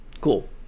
Cool